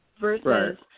versus